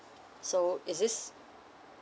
so is this